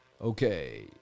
okay